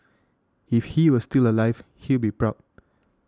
if he was still alive he'd be proud